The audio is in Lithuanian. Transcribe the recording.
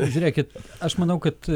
žiūrėkit aš manau kad